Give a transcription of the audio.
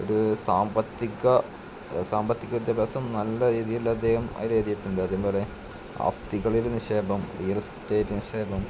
ഒരു സാമ്പത്തിക സാമ്പത്തിക ദിവസം നല്ല രീതിയിൽ അദ്ദേഹം അതിൽ എഴുതിയിട്ടുണ്ട് അതുപോലെ ആസ്തികളിൽ നിക്ഷേപം റിയൽ എസ്റ്റേറ്റ് നിക്ഷേപം